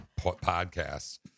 podcasts